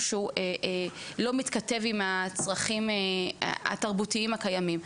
שהוא לא מתכתב עם הצרכים התרבותיים הקיימים,